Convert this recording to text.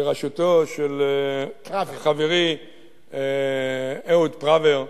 בראשותו של חברי אהוד פראוור,